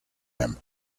him